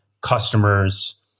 customers